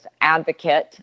advocate